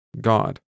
God